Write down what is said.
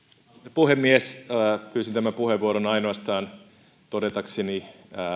puhemies pyysin tämän puheenvuoron ainoastaan todetakseni